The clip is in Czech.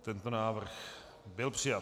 Tento návrh byl přijat.